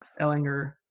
Ellinger